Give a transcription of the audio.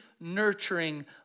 nurturing